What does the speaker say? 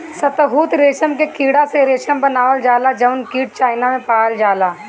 शहतूत रेशम के कीड़ा से रेशम बनावल जाला जउन कीट चाइना में पालल जाला